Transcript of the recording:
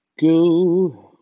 go